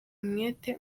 umwete